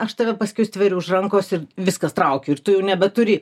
aš tave paskui stveriu už rankos ir viskas traukiu ir tu jau nebeturi